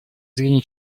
зрения